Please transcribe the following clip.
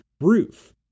roof